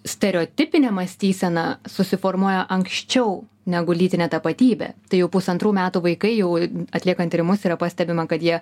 stereotipinė mąstysena susiformuoja anksčiau negu lytinė tapatybė tai jau pusantrų metų vaikai jau atliekant tyrimus yra pastebima kad jie